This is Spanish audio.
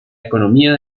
economía